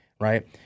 right